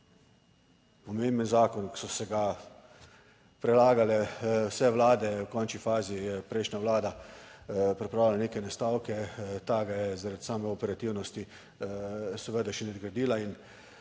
Pomemben zakon, ki so se ga predlagale vse vlade, v končni fazi je prejšnja Vlada pripravila neke nastavke. Ta ga je, zaradi same operativnosti seveda še nadgradila. In